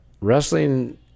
wrestling